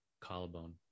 Collarbone